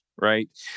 Right